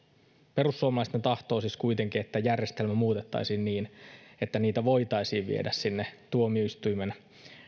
perussuomalaisten tahto on siis kuitenkin että järjestelmä muutettaisiin niin että niitä voitaisiin viedä sinne tuomioistuimen